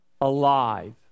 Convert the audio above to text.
alive